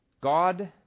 God